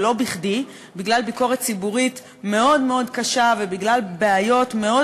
ולא בכדי: בגלל ביקורת ציבורית מאוד מאוד קשה ובגלל בעיות מאוד